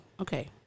okay